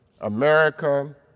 America